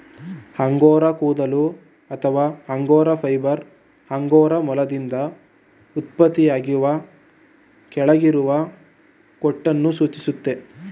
angora ಕೂದಲು ಅಥವಾ angora fibre angora ಮೊಲದಿಂದ ಉತ್ಪತ್ತಿಯಾಗುವ ಕೆಳಗಿರುವ ಕೋಟನ್ನು ಸೂಚಿಸ್ತದೆ